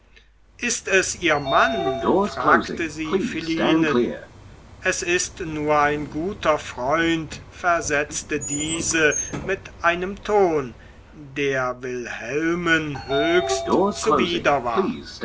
ist es ihr mann fragte sie philinen es ist nur ein guter freund versetzte diese mit einem ton der wilhelmen höchst zuwider war